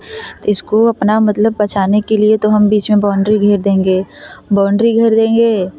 तो इसको अपना मतलब बचाने के लिए तो हम बीच में बाउंड्री घेर देंगे बाउंड्री घेर देंगे